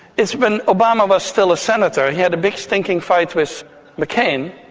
it's when obama was still a senator. he had a big stinking fight with mccain,